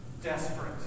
desperate